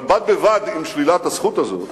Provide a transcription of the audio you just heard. אבל בד בבד עם שלילת הזכות הזאת,